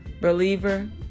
believer